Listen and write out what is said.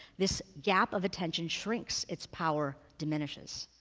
this gap of attention shrinks, its power diminishes.